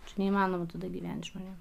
čia neįmanoma tada gyvent žmonėm